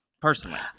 personally